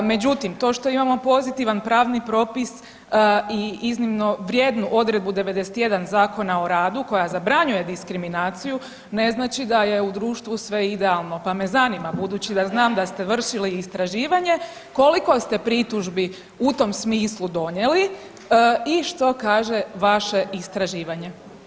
Međutim, to što imamo pozitivan pravni propis i iznimno vrijednu odredbu 91 Zakona o radu koja zabranjuje diskriminaciju ne znači da je u društvu sve idealno, pa me zanima jer znam da ste vršili istraživanje koliko ste pritužbi u tom smislu donijeli i što kaže vaše istraživanje?